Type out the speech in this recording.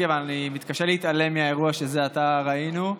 אבל אני מתקשה להתעלם מהאירוע שזה עתה ראינו.